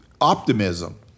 optimism